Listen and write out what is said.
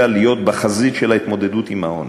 להיות בחזית ההתמודדות עם העוני.